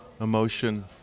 emotion